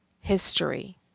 history